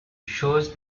shows